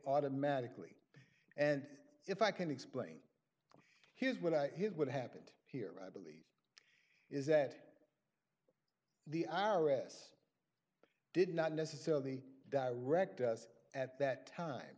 automatically and if i can explain here's what i did what happened here i believe is that the i r s did not necessarily direct us at that time